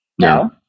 No